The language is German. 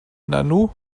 nanu